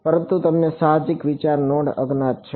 પરંતુ તમને સાહજિક વિચાર નોડ અજ્ઞાત છે